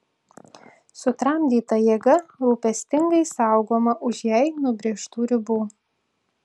sutramdyta jėga rūpestingai saugoma už jai nubrėžtų ribų